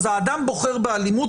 הוא בוחר באלימות,